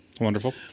Wonderful